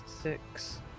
six